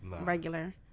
regular